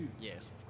Yes